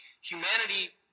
humanity